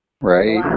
Right